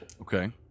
Okay